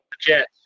Jets